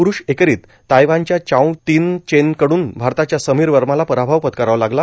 प्रूष एकेरित तायवानच्या चांऊ तीव चेन कड्न भारताच्या समीर वर्माला पराभव पत्करावा लागला